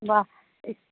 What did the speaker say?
बाह